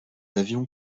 avions